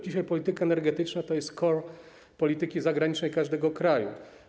Dzisiaj polityka energetyczna to jest core polityki zagranicznej każdego kraju.